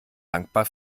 dankbar